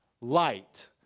light